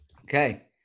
Okay